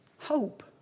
Hope